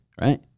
right